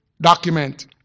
document